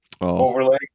overlay